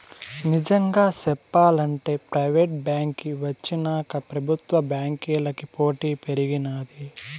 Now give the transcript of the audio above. నిజంగా సెప్పాలంటే ప్రైవేటు బాంకీ వచ్చినాక పెబుత్వ బాంకీలకి పోటీ పెరిగినాది